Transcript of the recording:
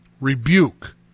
rebuke